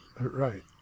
Right